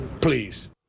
Please